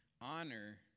Honor